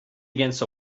against